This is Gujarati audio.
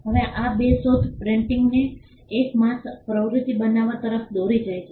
હવે આ બે શોધ પ્રિન્ટીંગને એક માસ પ્રવૃત્તિ બનવા તરફ દોરી જાય છે